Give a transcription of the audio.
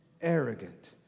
Arrogant